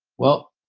well,